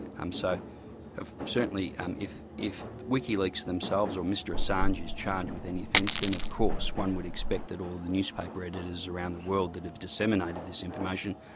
um so certainly um if if wikileaks themselves, or mr assange, is charged with any offence, then of course one would expect that all the newspaper editors around the world that have disseminated this information,